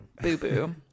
boo-boo